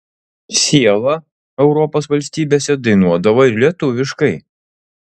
siela europos valstybėse dainuodavo ir lietuviškai